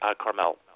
carmel